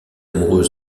amoureuse